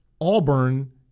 Auburn